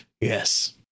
yes